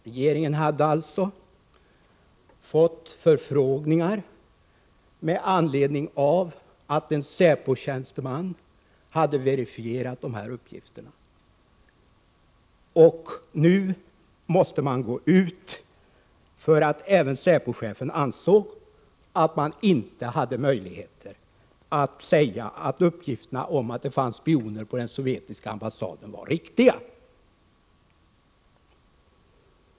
Regeringen hade alltså fått förfrågningar med anledning av att en säpotjänsteman hade verifierat dessa uppgifter. Man måste då göra ett uttalande eftersom även säpochefen ansåg att man inte hade möjligheter att säga att uppgifterna om att det fanns spioner på den sovjetiska ambassaden var riktiga.